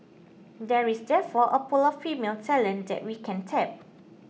there is therefore a pool of female talent that we can tap